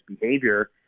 behavior